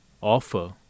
offer